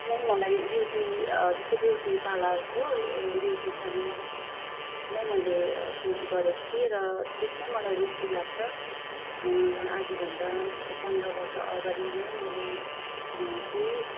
नै मलाई ब्युटी जस्तै ब्युटी पार्लरको ब्युटीसियन नै मैले कोच गरेको थिएँ र त्यसमै मलाई रुचि लाग्छ र आजभन्दा जस्तै पन्ध्र वर्ष अगाडि नै मैले त्यही